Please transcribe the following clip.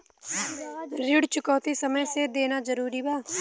ऋण चुकौती समय से देना जरूरी बा?